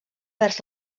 vers